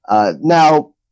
now